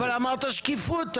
אבל אמרת שקיפות,